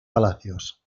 palacios